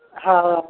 ହଁ